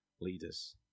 leaders